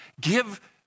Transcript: give